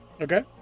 Okay